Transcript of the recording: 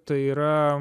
tai yra